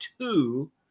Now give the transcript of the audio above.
two